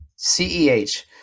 CEH